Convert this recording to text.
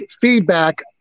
feedback